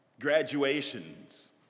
graduations